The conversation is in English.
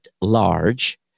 large